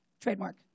trademark